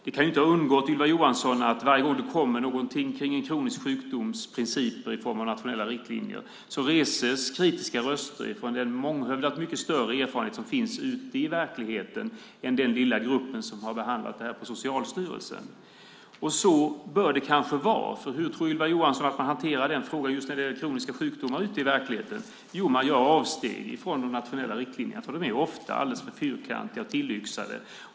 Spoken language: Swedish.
Det kan ju inte ha undgått Ylva Johansson att det varje gång det kommer någonting kring en kronisk sjukdoms principer i form av nationella riktlinjer reses kritiska röster från den månghövdat mycket större erfarenhet som finns ute i verkligheten än i den lilla grupp som har behandlat det på Socialstyrelsen. Så bör det kanske vara. Hur tror Ylva Johansson att man hanterar den frågan, just när det gäller kroniska sjukdomar, ute i verkligheten? Jo, man gör avsteg från de nationella riktlinjerna, för de är ofta alldeles för fyrkantiga och tillyxade.